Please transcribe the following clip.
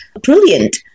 brilliant